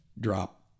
drop